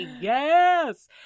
yes